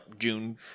June